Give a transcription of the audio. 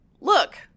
Look